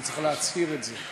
אתה צריך להצהיר את זה.